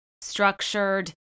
structured